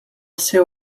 seu